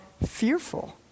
Fearful